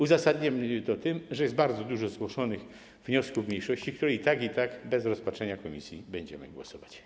Uzasadniam to tym, że jest bardzo dużo zgłoszonych wniosków mniejszości, nad którymi i tak bez rozpatrzenia przez komisję będziemy głosować.